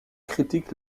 critique